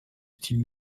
style